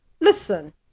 listen